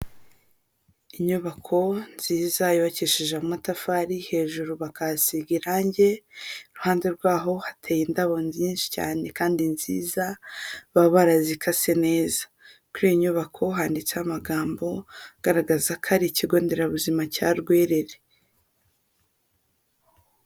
Inyubako nziza yubakishe amatafari hejuru bakasiga irangi, iruhande rwaho hateye indabo nyinshi cyane kandi nziza, baba barazikase neza. Kuri iyo nyubako handitseho amagambo agaragaza ko ari ikigo nderabuzima cya Rwerere.